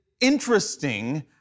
interesting